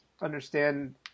understand